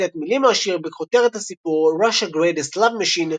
ציטט מילים מהשיר בכותרת הסיפור "Russia's Greatest Love Machine"